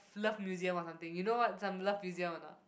Love Museum or something you know what some Love Museum or not